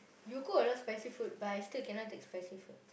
you cook a lot spicy food but I still cannot take spicy food